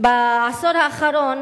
בעשור האחרון